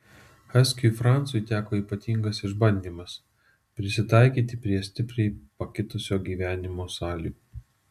haskiui francui teko ypatingas išbandymas prisitaikyti prie stipriai pakitusio gyvenimo sąlygų